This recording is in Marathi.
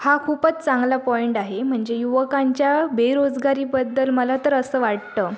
हां खूपंच चांगला पॉईंड आहे म्हणजे युवकांच्या बेरोजगारीबद्दल मला तर असं वाटतं